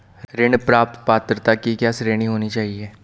ऋण प्राप्त पात्रता की क्या श्रेणी होनी चाहिए?